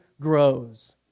grows